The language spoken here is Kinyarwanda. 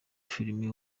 filime